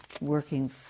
working